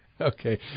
Okay